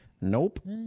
Nope